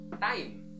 time